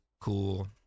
cool